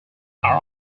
are